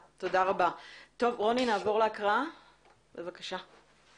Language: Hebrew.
רוני, נעבור להקראה, בבקשה.